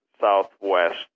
southwest